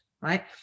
right